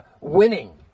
winning